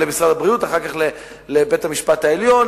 אחר כך אל משרד הבריאות ואחר כך אל בית-המשפט העליון,